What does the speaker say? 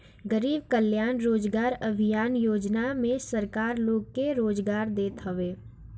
गरीब कल्याण रोजगार अभियान योजना में सरकार लोग के रोजगार देत हवे